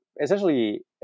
essentially